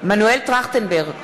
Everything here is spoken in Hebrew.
מנואל טרכטנברג,